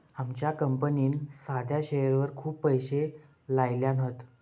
आमच्या कंपनीन साध्या शेअरवर खूप पैशे लायल्यान हत